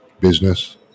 business